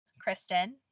Kristen